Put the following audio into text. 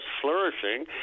flourishing